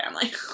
family